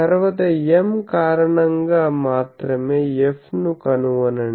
తర్వాత M కారణం గా మాత్రమే F ను కనుగొనండి